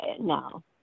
no